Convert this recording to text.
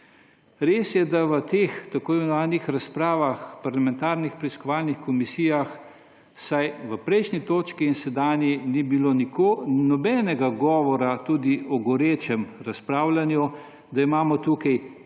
Res je, da v teh tako imenovanih razpravah parlamentarnih preiskovalnih komisij vsaj v prejšnji točki in sedanji ni bilo nobenega govora tudi o gorečem razpravljanju, da imamo tukaj